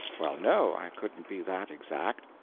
well, no, i couldn't be that exact.